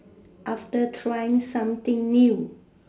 after trying something new